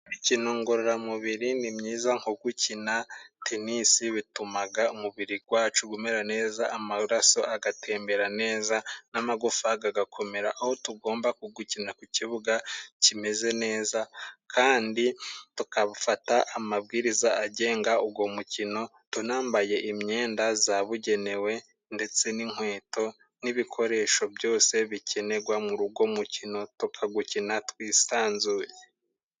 Imikino ngororamubiri ni myiza nko gukina tenisi, bitumaga umubiri gwacu gumera neza amaraso agatembera neza n'amagufa gagakomera, aho tugomba kugukina ku kibuga kimeze neza kandi tukabufata amabwiriza agenga ugwo mukino, tunambaye imyenda zabugenewe ndetse n'inkweto n'ibikoresho byose bikenegwa muri ugo umukino tukagukina twisanzuye.